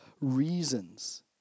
reasons